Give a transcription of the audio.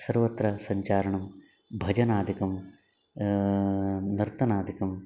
सर्वत्र सञ्चारणं भजनादिकं नर्तनादिकम्